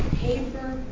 Paper